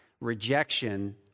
rejection